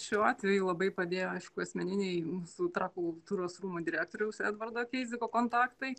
šiuo atveju labai padėjo aišku asmeniniai mūsų trakų kultūros rūmų direktoriaus edvardo keiziko kontaktai